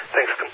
Thanks